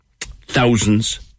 Thousands